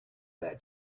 that